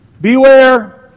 beware